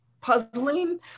puzzling